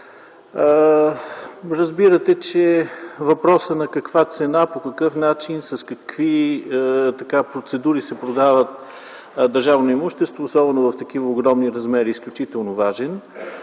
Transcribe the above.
Разбира се, че въпросът на каква цена, по какъв начин, с какви процедури се продава държавно имущество, особено в такива огромни размери, е изключително важен.